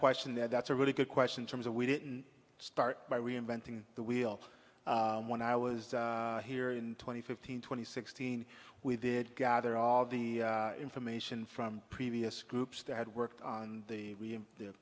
question that's a really good question terms of we didn't start by reinventing the wheel when i was here in twenty fifteen twenty sixteen we did gather all the information from previous groups that had worked on the